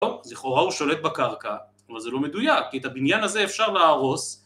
אז לכאורה הוא שולט בקרקע, אבל זה לא מדויק, כי את הבניין הזה אפשר להרוס